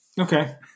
Okay